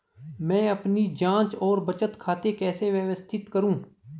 मैं अपनी जांच और बचत खाते कैसे व्यवस्थित करूँ?